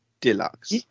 Deluxe